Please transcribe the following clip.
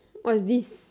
what is this